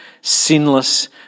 sinless